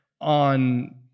on